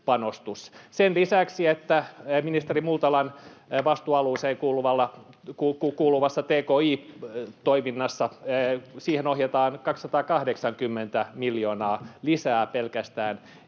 sen lisäksi, että ministeri Multalan vastuualueeseen kuuluvaan tki-toimintaan ohjataan 280 miljoonaa lisää pelkästään